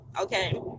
okay